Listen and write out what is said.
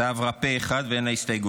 ההצעה עברה פה אחד ואין לה הסתייגויות.